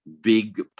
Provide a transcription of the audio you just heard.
big